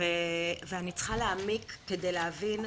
ואני צריכה להעמיק כדי להבין.